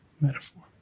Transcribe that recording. metaphor